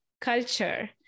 culture